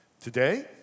Today